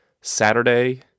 Saturday